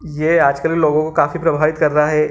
ये आजकल के लोगों को काफ़ी प्रभावित कर रहा है